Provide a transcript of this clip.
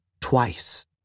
twice